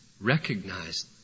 Recognized